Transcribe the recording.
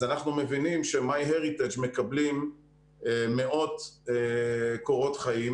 אז אנחנו מבינים ש- MyHeritageמקבלים מאות קורות חיים